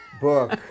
book